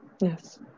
Yes